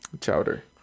Chowder